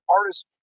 artists